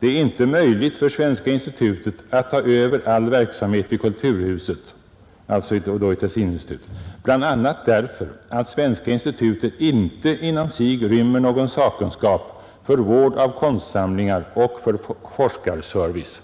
Det är inte möjligt för Svenska institutet att ta över all verksamhet i kulturhuset — alltså Tessininstitutet — bl.a. ”därför att Svenska institutet inte inom sig rymmer någon sakkunskap för vård av konstsam - lingar och för forskarservice”.